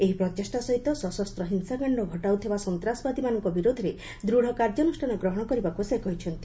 ଏହି ପ୍ରଚେଷ୍ଟା ସହିତ ସଶସ୍ତ ହିଂସାକାଣ୍ଡ ଘଟଉଥିବା ସନ୍ତାସବାଦୀଙ୍କ ବିରୋଧରେ ଦୃଢ଼ କାର୍ଯ୍ୟାନୁଷ୍ଠାନ ଗ୍ରହଣ କରିବାକୁ ସେ କହିଛନ୍ତି